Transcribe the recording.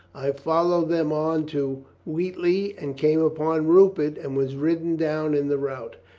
i followed them on to wheat ley and came upon rupert and was ridden down in the rout.